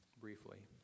briefly